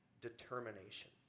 determination